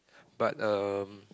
but um